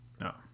No